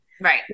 Right